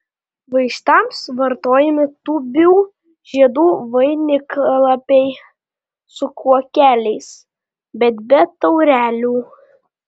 vaistams vartojami tūbių žiedų vainiklapiai su kuokeliais bet be taurelių